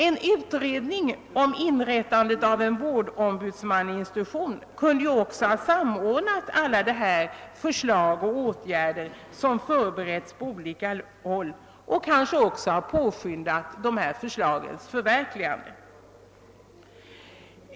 En utredning om inrättande av en vårdombudsman kunde ju också ha samordnat alla de förslag och åtgärder som förbereds på olika håll och kanske även ha påskyndat förslagens förverkligande.